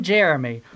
Jeremy